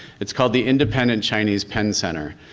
it's called the independent chinese pen center,